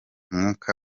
mwuka